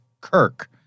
Kirk